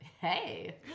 Hey